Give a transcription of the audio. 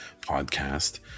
podcast